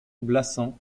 blassans